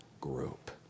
group